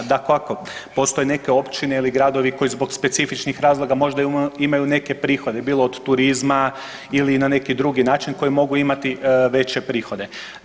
Dakako postoje neke općine ili gradovi koje zbog specifičnih razloga možda imaju neke prihode, bilo od turizma ili na neki drugi način koje mogu imati veće prihode.